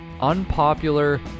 unpopular